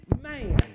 man